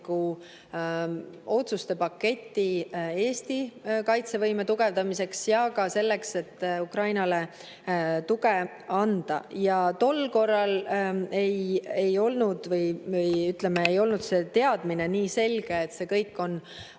otsuste paketi Eesti kaitsevõime tugevdamiseks ja ka selleks, et Ukrainale tuge anda. Tol korral ei olnud see teadmine nii selge, et see kõik on